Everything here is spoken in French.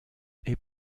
est